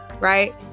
right